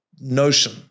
notion